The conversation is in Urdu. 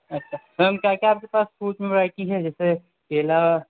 اچھا میم کیا کیا آپ کے پاس فروٹ میں ورائٹی ہے جیسے کیلا